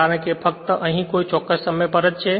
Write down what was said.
કારણ કે તે ફક્ત કોઈ ચોક્કસ સમય પર જ છે